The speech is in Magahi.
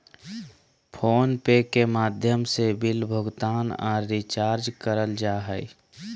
फोन पे के माध्यम से बिल भुगतान आर रिचार्ज करल जा हय